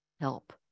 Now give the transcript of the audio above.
help